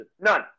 None